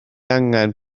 angen